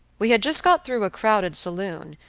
we had just got through a crowded saloon,